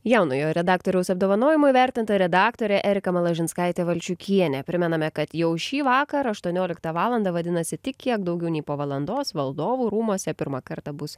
jaunojo redaktoriaus apdovanojimu įvertinta redaktorė erika malažinskaitė valčiukienė primename kad jau šįvakar aštuonioliktą valandą vadinasi tik kiek daugiau nei po valandos valdovų rūmuose pirmą kartą bus